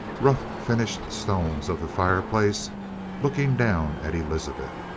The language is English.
rough-finished stones of the fireplace looking down at elizabeth.